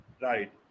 Right